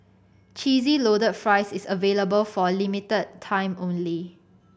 Cheesy Loaded Fries is available for a limited time only